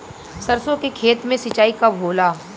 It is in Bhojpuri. सरसों के खेत मे सिंचाई कब होला?